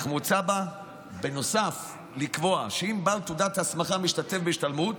אך מוצע בה בנוסף לקבוע שאם בעל תעודת הסמכה משתתף בהשתלמות,